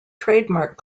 trademark